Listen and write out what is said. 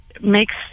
makes